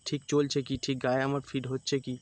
ঠিক চলছে কি ঠিক গায়ে আমার ফিট হচ্ছে কি